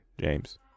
James